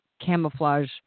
camouflage